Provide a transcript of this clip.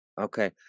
Okay